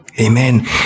Amen